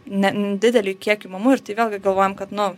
ne dideliui kiekiui mamų ir tai vėlgi galvojam kad nu